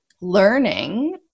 learning